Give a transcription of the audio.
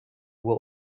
will